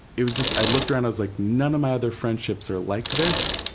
it was just, i looked around, i was like, none of my other friendships are like this,